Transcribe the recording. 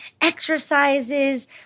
exercises